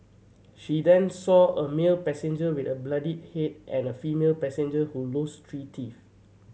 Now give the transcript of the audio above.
she then saw a male passenger with a bloodied head and a female passenger who lost three teeth